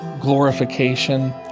glorification